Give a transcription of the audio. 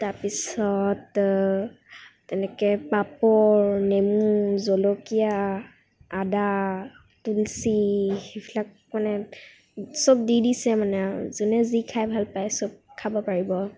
তাৰপিছত তেনেকৈ পাপৰ নেমু জলকীয়া আদা তুলসী সেইবিলাক মানে চ'ব দি দিছে মানে আৰু যোনে যি খাই ভালপায় চ'ব খাব পাৰিব